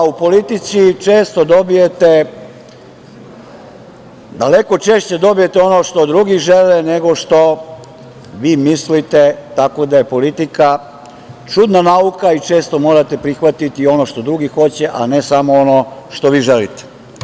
U politici često dobijete, daleko češće dobijete ono što drugi žele nego što vi mislite, tako da je politika čudna nauka i često morate prihvatiti ono što drugi hoće, a ne samo ono što vi želite.